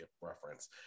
reference